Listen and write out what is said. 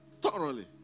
Thoroughly